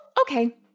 okay